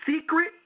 secret